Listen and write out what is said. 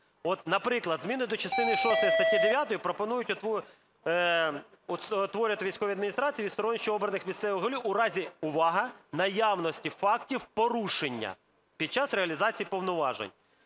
наприклад, зміни до частини шостої статті 9 пропонують утворювати військові адміністрації, відсторонюючи обраних місцевих голів у разі (увага!) наявності фактів порушення під час реалізації повноважень.